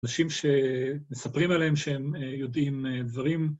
אנשים שמספרים עליהם שהם יודעים דברים.